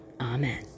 Amen